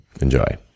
Enjoy